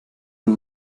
ein